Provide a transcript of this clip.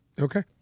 Okay